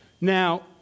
now